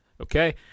Okay